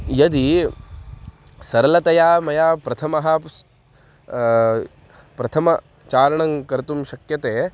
यदि सरलतया मया प्रथमः प्रथमचारणं कर्तुं शक्यते